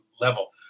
level